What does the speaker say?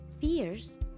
fears